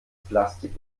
plastik